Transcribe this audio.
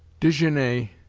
desgenais.